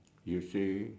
you too